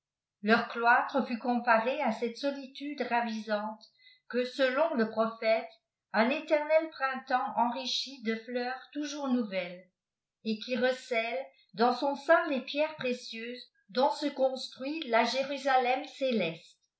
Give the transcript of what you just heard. leur ploilre fut comparé a cette solitude ravisante que selon le prophète un éternel printemps enrichit de fleurs toujours nouvelles et qui recèle dans son sein les pierres précieuses dont se construit la jérusalem céleste